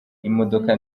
imodoka